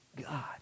God